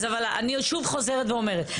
אבל אני שוב חוזרת ואומרת,